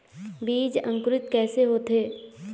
बीज अंकुरित कैसे होथे?